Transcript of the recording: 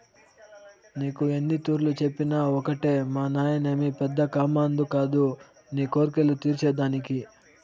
నీకు ఎన్నితూర్లు చెప్పినా ఒకటే మానాయనేమి పెద్ద కామందు కాదు నీ కోర్కెలు తీర్చే దానికి